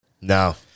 No